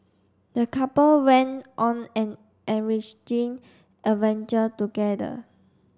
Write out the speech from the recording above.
the couple went on an enriching adventure together